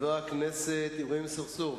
חבר הכנסת אברהים צרצור,